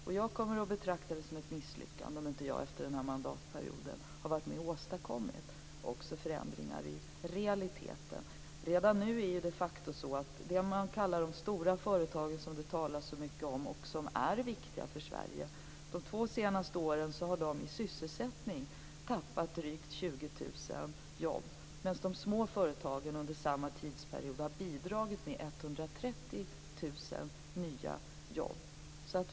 Och jag kommer att betrakta det som ett misslyckande om inte jag efter den här mandatperioden har varit med och åstadkommit förändringar också i realiteten. Redan nu är det ju de facto så att det man kallar stora företag som det talas så mycket om - och de är viktiga för Sverige - under de två senaste åren har tappat drygt 20 000 jobb i sysselsättning, medan de små företagen under samma tidsperiod har bidragit med 130 000 nya jobb.